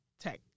tech